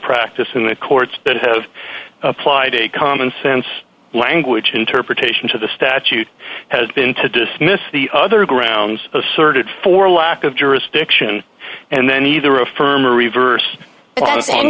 practice in the courts that have applied a commonsense language interpretation to the statute has been to dismiss the other grounds asserted for lack of jurisdiction and then either affirm or reverse